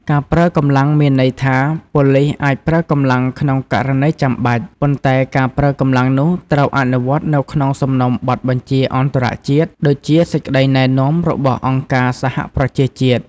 ការប្រើកម្លាំង មានន័យថា ប៉ូលីសអាចប្រើកម្លាំងក្នុងករណីចាំបាច់ ប៉ុន្តែការប្រើកម្លាំងនោះត្រូវអនុវត្តនៅក្នុងសំណុំបទបញ្ជាអន្តរជាតិ ដូចជាសេចក្តីណែនាំរបស់អង្គការសហប្រជាជាតិ។